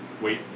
wait